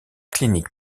clinique